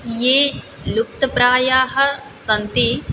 ये लुप्तप्रायाः सन्ति